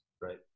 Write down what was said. Right